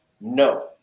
no